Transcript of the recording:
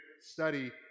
study